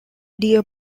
deer